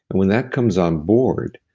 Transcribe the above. and when that comes on board,